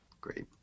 Great